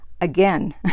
Again